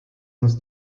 uns